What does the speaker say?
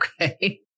Okay